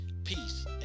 peace